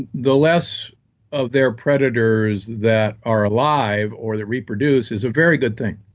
the less of their predators that are alive, or that reproduce is a very good thing.